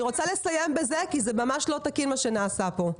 אני רוצה לסיים בזה כי זה ממש לא תקין מה שנעשה פה.